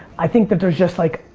i think that there's just like,